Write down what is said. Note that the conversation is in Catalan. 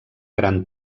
gran